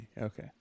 okay